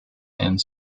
and